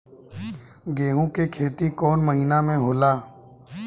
गेहूं के खेती कौन महीना में होला?